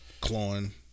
clawing